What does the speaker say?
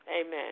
Amen